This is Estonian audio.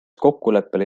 kokkuleppele